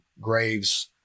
graves